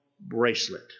bracelet